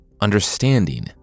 understanding